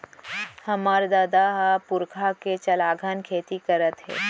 हमर ददा ह पुरखा के चलाघन खेती करत हे